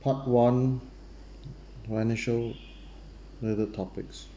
part one financial related topics